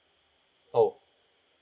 oh